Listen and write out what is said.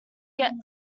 get